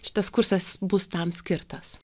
šitas kursas bus tam skirtas